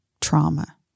trauma